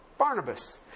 Barnabas